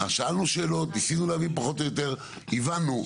אז שאלנו שאלות, ניסינו להבין פחות או יותר, הבנו.